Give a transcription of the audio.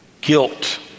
guilt